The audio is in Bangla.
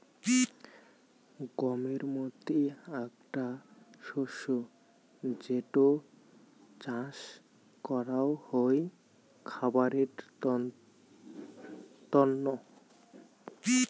গমের মতি আকটা শস্য যেটো চাস করাঙ হই খাবারের তন্ন